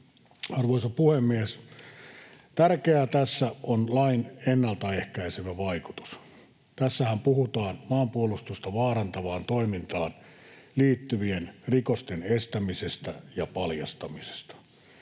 Arvoisa puhemies! Tärkeää tässä on lain ennalta ehkäisevä vaikutus. Tässähän puhutaan maanpuolustusta vaarantavaan toimintaan liittyvien rikosten estämisestä ja paljastamisesta.